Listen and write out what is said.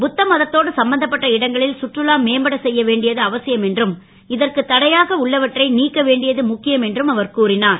புத்த மதத்தோடு சம்பந்தப்பட்ட இடங்களில் சுற்றுலா மேம்பட செ ய வேண்டியது அவசியம் என்றும் இதற்கு தடையாக உள்ளவற்றை நீக்க வேண்டியது முக்கியம் என்றும் அவர் கூறினார்